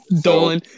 Dolan